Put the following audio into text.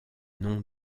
non